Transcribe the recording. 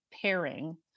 pairing